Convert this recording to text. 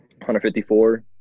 154